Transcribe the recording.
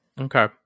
okay